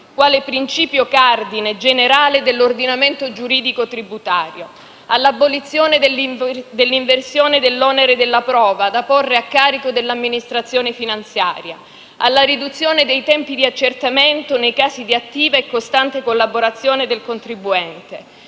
quale principio cardine generale dell'ordinamento giuridico tributario; all'abolizione dell'inversione dell'onere della prova da porre a carico dell'amministrazione e finanziaria; alla riduzione dei tempi di accertamento nei casi di attiva e costante collaborazione del contribuente;